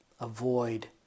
Avoid